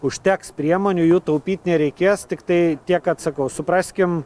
užteks priemonių jų taupyt nereikės tiktai tiek kad sakau supraskim